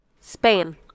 Spain